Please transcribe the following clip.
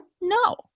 No